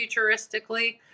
futuristically